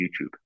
YouTube